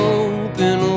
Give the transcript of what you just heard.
open